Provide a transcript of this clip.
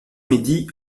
midi